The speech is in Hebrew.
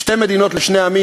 שתי מדינות לשני עמים,